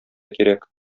кирәк